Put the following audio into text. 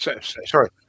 Sorry